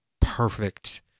perfect